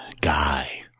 guy